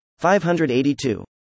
582